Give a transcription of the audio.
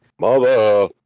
Mother